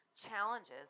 challenges